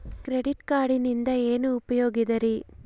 Credit ಕಾರ್ಡಿನಿಂದ ಏನು ಉಪಯೋಗದರಿ?